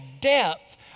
depth